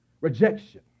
Rejection